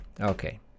Okay